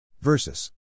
versus